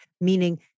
meaning